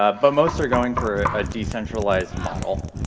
ah but most are going for a decentralized model,